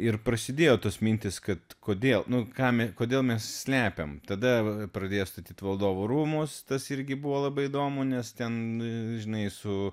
ir prasidėjo tos mintys kad kodėl nu kam kodėl mes slepiam tada pradėjo statyt valdovų rūmus tas irgi buvo labai įdomu nes ten žinai su